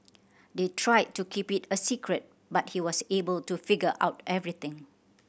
they tried to keep it a secret but he was able to figure out everything